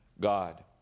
God